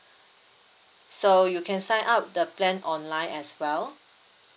so you can sign up the plan online as well